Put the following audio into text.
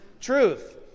truth